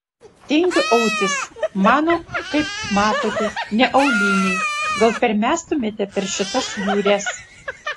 tingiu autis mano kaip matote ne auliniai gal permestumėte per šitas jūres